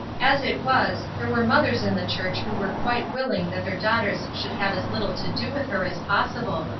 as it was, there were mothers in the church who were quite willing that their daughters should have as little to do with her as possible.